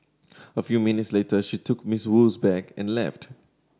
a few minutes later she took Miss Wu's bag and left